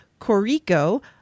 Corico